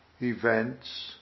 events